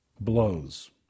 blows